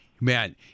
Man